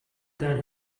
than